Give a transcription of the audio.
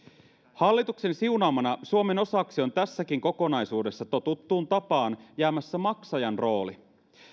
hallituksen siunaamana suomen osaksi on tässäkin kokonaisuudessa totuttuun tapaan jäämässä maksajan rooli